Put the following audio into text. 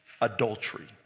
adultery